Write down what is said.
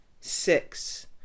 six